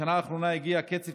בשנה האחרונה הגיע קצב